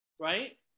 right